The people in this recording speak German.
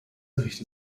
richtet